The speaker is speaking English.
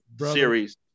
series